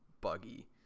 buggy